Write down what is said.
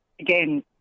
again